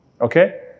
Okay